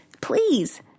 please